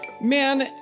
man